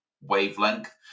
wavelength